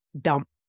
dump